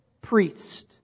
priest